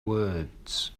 words